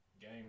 game